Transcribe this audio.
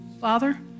Father